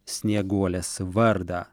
snieguolės vardą